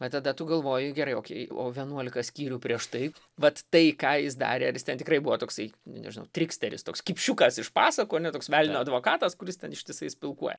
bet tada tu galvoji gerai okei o vienuolika skyrių prieš tai vat tai ką jis darė ar jis ten tikrai buvo toksai nu nežinau triksteris toks kipšiukas iš pasakų ane toks velnio advokatas kuris ten ištisai spilkuoja